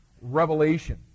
Revelation